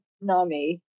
nami